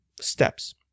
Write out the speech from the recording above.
steps